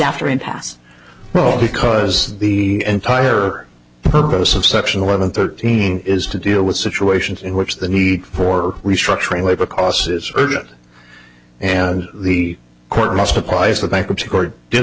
after impasse well because the entire purpose of section eleven thirteen is to deal with situations in which the need for restructuring labor costs is urgent and the court must apply as the bankruptcy court did